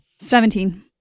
Seventeen